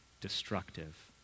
destructive